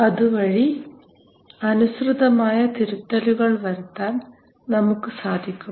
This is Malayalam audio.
അതുവഴി അനുസൃതമായ തിരുത്തലുകൾ വരുത്താൻ നമുക്ക് സാധിക്കും